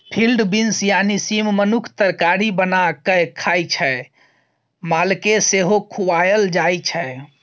field beans यानी सीम मनुख तरकारी बना कए खाइ छै मालकेँ सेहो खुआएल जाइ छै